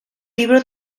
libro